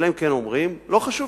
אלא אם כן אומרים: לא חשוב,